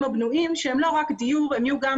הבנויים הם לא רק דיור אלא הם יהיו גם